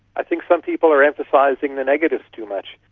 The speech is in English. i think some people are emphasising the negatives too much.